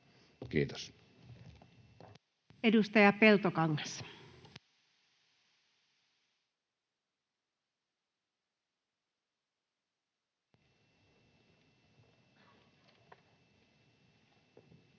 Kiitos. Edustaja Peltokangas. Arvoisa